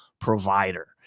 provider